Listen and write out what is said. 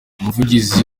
umuvugizi